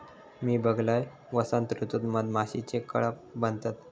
मी बघलंय, वसंत ऋतूत मधमाशीचे कळप बनतत